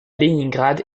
léningrad